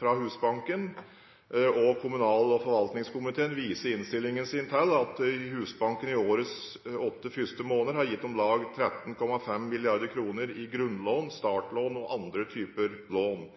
fra Husbanken. Kommunal- og forvaltningskomiteen viser i innstillingen sin til at Husbanken i årets åtte første måneder har gitt om lag 13,5 mrd. kr i grunnlån, startlån og andre typer lån.